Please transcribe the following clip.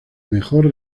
mejor